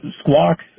Squawks